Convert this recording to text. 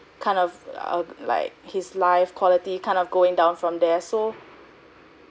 kind of uh like his life quality kind of going down from there so